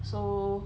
so